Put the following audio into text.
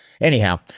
Anyhow